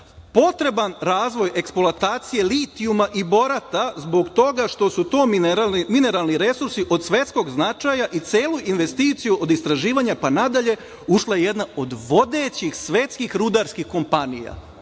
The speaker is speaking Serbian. potreban razvoj eksploatacije litijuma i borata zbog toga što su to mineralni resursi od svetskog značaja i celu investiciju od istraživanja pa nadalje ušla od jedna od vodećih svetskih rudarskih kompanija,